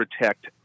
protect